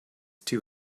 too